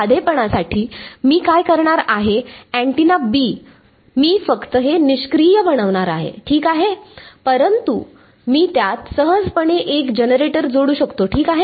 साधेपणासाठी मी काय करणार आहे अँटेना B मी फक्त हे निष्क्रीय बनवणार आहे ठीक आहे परंतु मी त्यात सहजपणे एक जनरेटर जोडू शकतो ठीक आहे